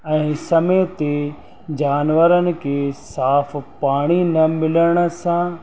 ऐं समय ते जानवर खे साफ़ु पाणी न मिलण सां